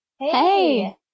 Hey